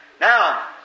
Now